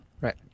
Right